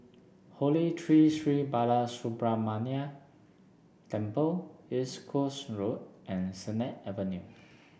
Holy Tree Sri Balasubramaniar Temple East Coast Road and Sennett Avenue